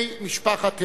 בני משפחת הרצל,